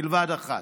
מלבד אחת,